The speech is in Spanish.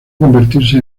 convertirse